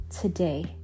today